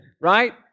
right